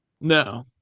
No